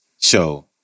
Show